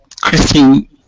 Christine